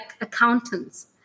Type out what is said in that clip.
accountants